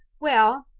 well,